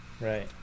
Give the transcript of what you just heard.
Right